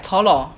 chor lor